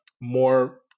more